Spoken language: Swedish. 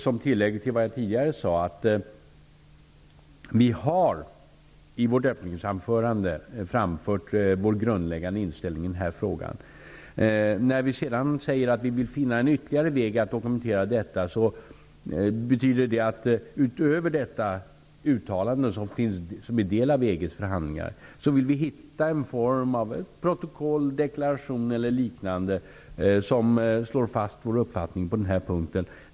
Som tillägg till vad jag tidigare sade vill jag säga att vi i vårt öppningsanförande har framfört vår grundläggande inställning i denna fråga. När vi sedan säger att vi vill finna en ytterligare väg att dokumentera detta, betyder det att vi, utöver detta uttalande som är en del av våra förhandlingar med EG, vill hitta en form av protokoll, deklaration eller liknande som slår fast vår uppfattning på denna punkt.